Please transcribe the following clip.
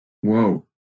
Whoa